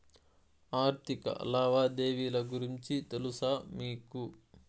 ఆర్థిక లావాదేవీల గురించి తెలుసా మీకు